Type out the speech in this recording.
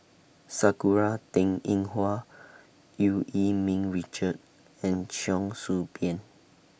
Sakura Teng Ying Hua EU Yee Ming Richard and Cheong Soo Pieng